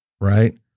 right